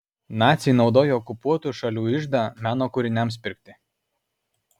naciai naudojo okupuotų šalių iždą meno kūriniams pirkti